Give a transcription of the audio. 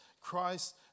Christ